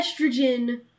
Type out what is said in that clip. estrogen